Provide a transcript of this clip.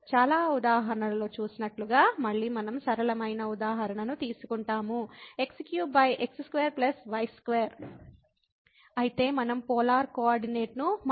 మనం చాలా ఉదాహరణలలో చూసినట్లుగా మళ్ళీ మనం సరళమైన ఉదాహరణను తీసుకుంటాముx3x2 y2 కాబట్టి మనం పోలార్ కోఆర్డినేట్ను మార్చవచ్చు